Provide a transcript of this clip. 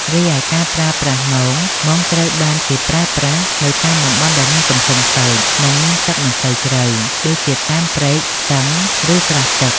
រីឯការប្រើប្រាស់មង មងត្រូវបានគេប្រើប្រាស់នៅតាមតំបន់ដែលមានទំហំតូច និងមានទឹកមិនសូវជ្រៅ ដូចជាតាមព្រែក ស្ទឹង ឬស្រះទឹក។